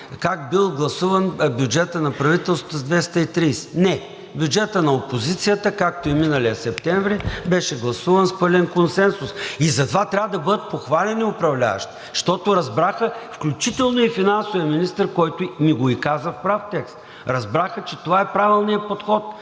как бил гласуван бюджетът на правителство с 230. Не, бюджетът на опозицията, както и миналия септември, беше гласуван с пълен консенсус. Затова трябва да бъдат похвалени управляващите, защото разбраха, включително и финансовият министър, който ни го и каза в прав текст. Разбраха, че това е правилният подход.